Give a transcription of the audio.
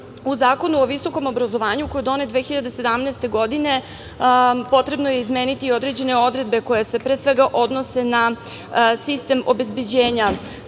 u Zakonu o visokom obrazovanju koji je donet 2017. godine potrebno je izmeniti određene odredbe koje se pre svega odnose na sistem obezbeđenja